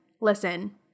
listen